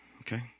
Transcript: Okay